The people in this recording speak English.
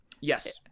Yes